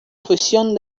función